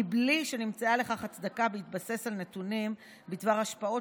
מבלי שנמצאה לכך הצדקה בהתבסס על נתונים בדבר השפעות